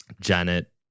Janet